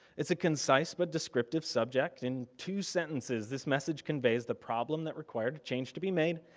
it's a concise, but descriptive subject in two sentences. this message conveys the problem that required the change to be made,